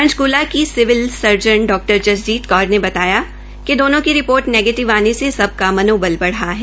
पंचकूला की civil surgeon Dr Jasjit Kaur ने बताया कि दोनों की रिपोर्ट नेगीटिव आने से सबका मनोबल बढ़ा है